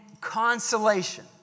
consolation